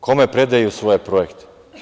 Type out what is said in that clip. Kome predaju svoje projekte?